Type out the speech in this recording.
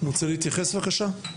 אתה רוצה להתייחס בבקשה?